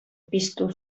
piztu